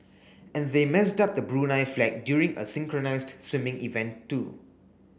and they messed up the Brunei flag during a synchronised swimming event too